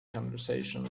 conversation